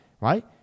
right